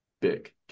big